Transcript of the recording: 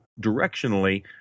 directionally